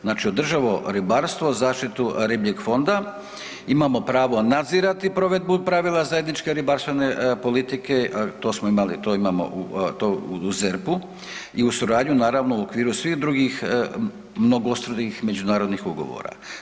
Znači održivo ribarstvo zaštitu ribljeg fonda, imamo pravo nadzirati provedbu pravila zajedničke ribarstvene politike, to smo imali, to imamo, to u ZERP-u i uz suradnju, naravno, u okviru svih drugih mnogostrukih međunarodnih ugovora.